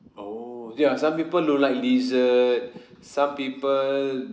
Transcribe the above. oh ya some people don't like lizard some people